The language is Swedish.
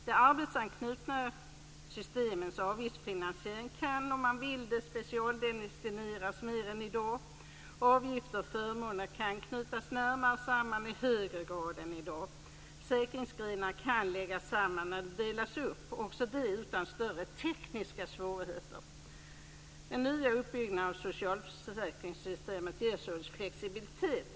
De arbetsanknutna systemens avgiftsfinansiering kan, om man vill det, specialdestineras mer än i dag. Avgifter och förmåner kan knytas närmare samman i högre grad än i dag. Försäkringsgrenar kan läggas samman eller delas upp, också det utan större tekniska svårigheter. Den nya uppbyggnaden av socialförsäkringssystemet ger således flexibilitet.